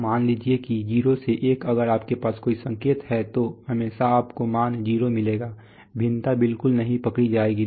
तो मान लीजिए 0 से 1 अगर आपके पास कोई संकेत है तो हमेशा आपको मान 0 मिलेगा वेरिएशन बिल्कुल नहीं पकड़ी जाएगी